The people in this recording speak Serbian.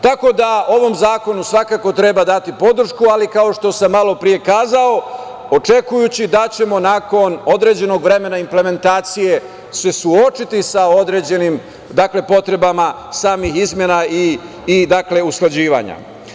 Tako da ovom zakonu svakako treba dati podršku, kao što sam malopre rekao očekujući da ćemo nakon određenog vremena implementacije se suočiti sa određenim potrebama samih izmena i usklađivanja.